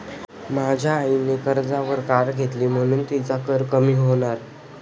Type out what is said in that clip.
माझ्या आईने कर्जावर कार घेतली म्हणुन तिचा कर कमी होणार